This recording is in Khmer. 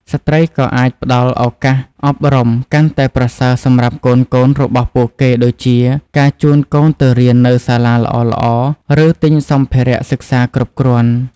ស្ត្រីក៏អាចផ្តល់ឱកាសអប់រំកាន់តែប្រសើរសម្រាប់កូនៗរបស់ពួកគេដូចជាការជូនកូនទៅរៀននៅសាលាល្អៗ ឬទិញសម្ភារៈសិក្សាគ្រប់គ្រាន់។